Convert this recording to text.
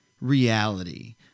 reality